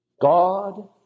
God